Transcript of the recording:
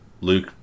Luke